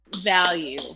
value